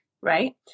right